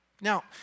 Now